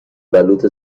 بلوط